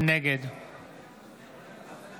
נגד